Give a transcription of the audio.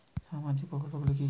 সামাজিক প্রকল্পগুলি কি কি?